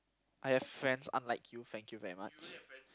I have friends unlike you thank you very much